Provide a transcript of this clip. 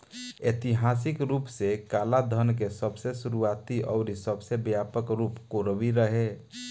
ऐतिहासिक रूप से कालाधान के सबसे शुरुआती अउरी सबसे व्यापक रूप कोरवी रहे